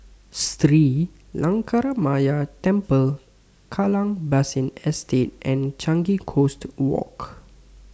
Sri Lankaramaya Temple Kallang Basin Estate and Changi Coast Walk